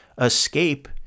escape